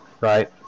right